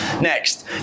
Next